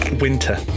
winter